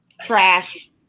Trash